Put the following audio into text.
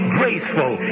graceful